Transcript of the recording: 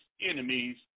enemies